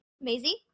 Maisie